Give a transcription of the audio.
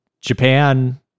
Japan